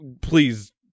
please